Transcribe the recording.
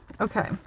Okay